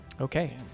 Okay